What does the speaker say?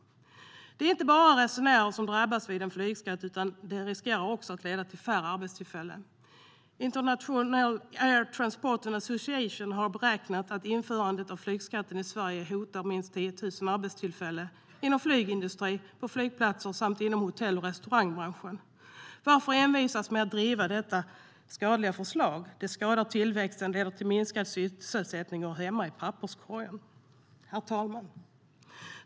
Det är inte bara resenärerna som drabbas av en flygskatt, utan den riskerar också att leda till färre arbetstillfällen. International Air Transport Association har beräknat att införandet av flygskatten i Sverige hotar minst 10 000 arbetstillfällen inom flygindustrin, på flygplatser samt inom hotell och restaurangbranschen. Varför envisas med att driva detta skadliga förslag? Det skadar tillväxten, leder till minskad sysselsättning och hör hemma i papperskorgen. Herr talman!